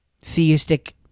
theistic